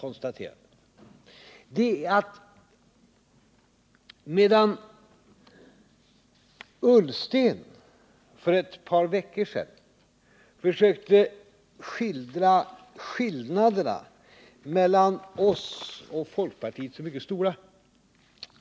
Ola Ullsten försökte för ett par veckor sedan skildra skillnaderna mellan oss och folkpartiet som mycket stora.